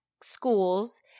schools